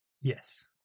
Yes